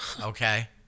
okay